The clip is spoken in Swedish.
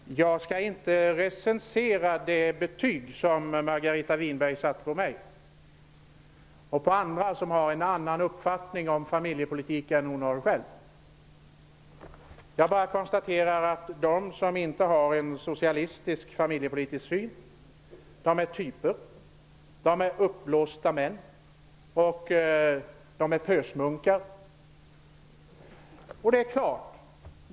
Herr talman! Jag skall inte recensera det betyg som Margareta Winberg satte på mig och på andra som har en annan uppfattning om familjepolitik än vad hon har själv. Jag bara konstaterar att de som inte har en socialistisk familjepolitisk syn är typer, uppblåsta män och pösmunkar.